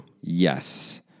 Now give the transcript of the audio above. Yes